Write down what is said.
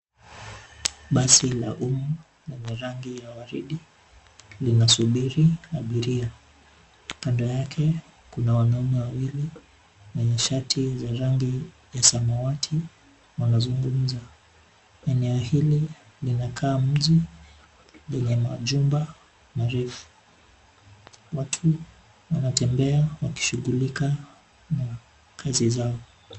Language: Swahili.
Basi la umma lenye rangi ya waridi linasubiri abiria. Kando yake kuna wanaume wawili; wenye shati za rangi ya samawati, wanazungumza. Eneo hili linakaa mji lenye majumba marefu. Watu wanatembea wakishughulika na kazi zao.